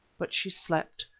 but she slept,